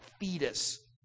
fetus